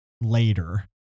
later